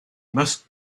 must